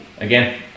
Again